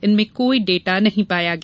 इनमें कोई डाटा नहीं पाया गया